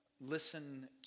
Listen